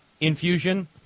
infusion